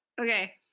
okay